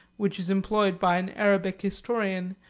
which is employed by an arabic historian,